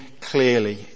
clearly